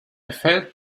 failed